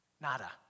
nada